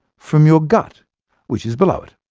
from your gut which is below it.